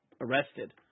arrested